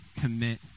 commit